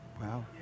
Wow